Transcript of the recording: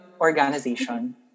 organization